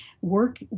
work